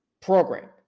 program